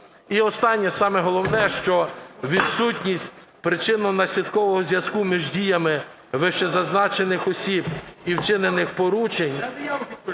І останнє, саме головне, що відсутність причинно-наслідкового зв'язку між діями вищезазначених осіб і вчинених порушень